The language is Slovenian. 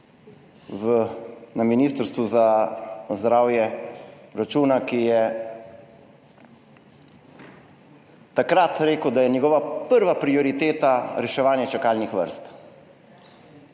na Ministrstvu za zdravje Bračuna, ki je takrat rekel, da je njegova prva prioriteta reševanje čakalnih vrst.